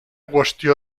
qüestió